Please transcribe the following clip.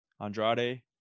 Andrade